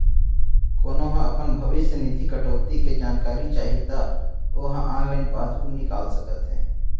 कोनो ल अपन भविस्य निधि कटउती के जानकारी चाही त ओ ह ऑनलाइन पासबूक निकाल सकत हे